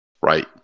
Right